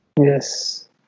Yes